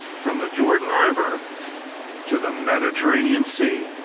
from the jordan river to the mediterranean sea.